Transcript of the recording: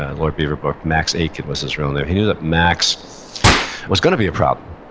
and lord beaverbrook, max aitken was his real name. he knew that max was gonna be a problem.